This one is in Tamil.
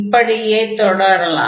இப்படியே தொடரலாம்